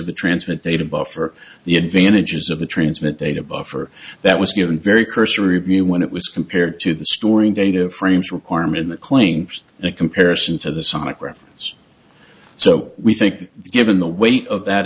of the transmit data buffer the advantages of the transmit data buffer that was given very cursory review when it was compared to the storing data frames requirement claims in a comparison to the sonic ram so we think that given the weight of that